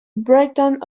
breakdown